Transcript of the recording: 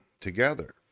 together